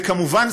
וכמובן,